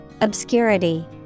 Obscurity